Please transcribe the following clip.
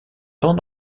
tant